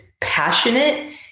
passionate